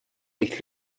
ich